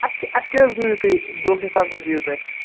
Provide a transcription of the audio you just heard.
اَسہِ اَسہِ کیٛاہ حظ تُہۍ دۄہ حِساب کیٛاہ دِیِو تُہۍ اَسہِ